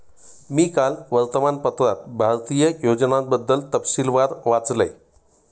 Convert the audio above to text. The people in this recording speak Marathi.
मी काल वर्तमानपत्रात भारतीय योजनांबद्दल तपशीलवार वाचले